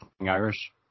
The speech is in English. Irish